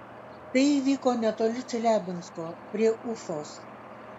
tai įvyko netoli čeliabinsko prie ufos